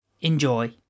Enjoy